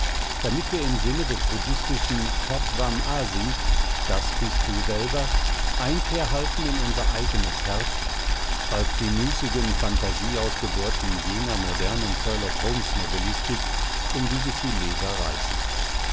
damit wir im sinne des buddhistischen tattwam asi das bist du selber einkehr halten in unser eigenes herz als die müßigen phantasieausgeburten jener modernen sherlock holmesnovellistik um die sich die leser reißen